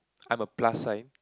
I'm a plus sign